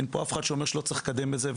אין פה אף אחד שאומר שלא צריך לקדם את זה,